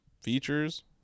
features